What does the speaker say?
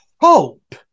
hope